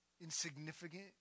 insignificant